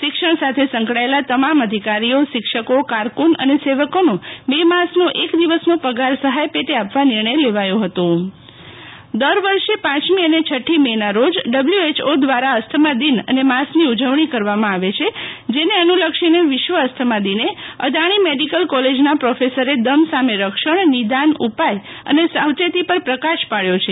શિક્ષણ સાથે સંકળાયેલા તમામ અધિકારીઓ શિક્ષકો કારકૂન અને સેવકોનો મે માસનો એક દિવસનો પગાર સહાય પેટે આપવા નિર્ણય લેવાયો હતો નેહલ ઠક્કર વિશ્વ અસ્થમા દિવસ દર વર્ષે પમી અને છઠ્ઠી મેના રોજ ડબલ્યુએચઓ દ્વારા અસ્થમા દીન અને માસની ઉજવજ્ઞી કરવામાં આવે છે જેને અનુલક્ષીને વિશ્વ અસ્થમા દીને અદાણી મેડિકલ કોલેજના પ્રોફેસરે દમ સામે રક્ષણ નિદાન ઉપાય અને સાવચેતી પર પ્રકાશ પાડવો છે